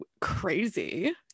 crazy